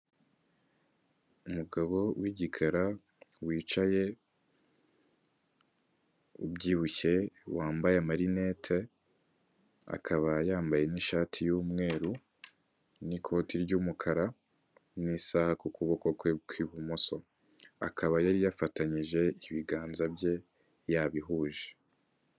Umugabo w'igikara wicaye, ubyibushye, wambaye amarinete, akaba yambaye n'ishati y'umweru, n'ikoti ry'umukara, n'isaha ku kuboko kwe kw'ibumoso, akaba yari yafatanyije ibiganza bye yabihuje.